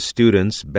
Student's